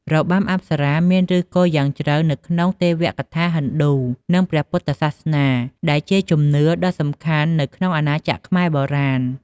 របាំអប្សរាមានឫសគល់យ៉ាងជ្រៅនៅក្នុងទេវកថាហិណ្ឌូ និងព្រះពុទ្ធសាសនា ដែលជាជំនឿដ៏សំខាន់នៅក្នុងអាណាចក្រខ្មែរបុរាណ។